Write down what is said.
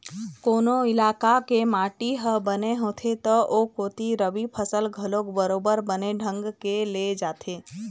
कोनो इलाका के माटी ह बने होथे त ओ कोती रबि फसल घलोक बरोबर बने ढंग के ले जाथे